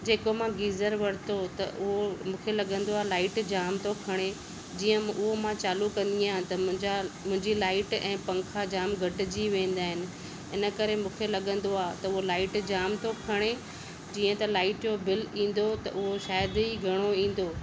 जेको मां गीजरु वरितो हो त उहो मूखे लॻंदो आ लाइट जाम तो खणे जीअं उहो मां चालू कंदी अहियां त मुंहिंजा मुंहिंजी लाइट ऐं पंखा जाम घटिजी वेंदा आहिनि इन करे मूखे लॻंदो आ त उहो लाइट जाम तो खणे जीअं त लाइट जो बिलु ईंदो त उहो शायदि ई घणो ईंदो